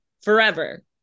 forever